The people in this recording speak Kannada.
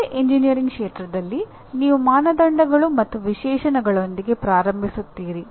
ಯಾವುದೇ ಎಂಜಿನಿಯರಿಂಗ್ ಕ್ಷೇತ್ರದಲ್ಲಿ ನೀವು ಮಾನದಂಡಗಳು ಮತ್ತು ವಿಶೇಷಣಗಳೊಂದಿಗೆ ಪ್ರಾರಂಭಿಸುತ್ತೀರಿ